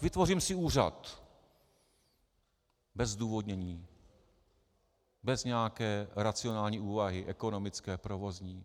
Vytvořím si úřad bez zdůvodnění, bez nějaké racionální ekonomické, provozní úvahy.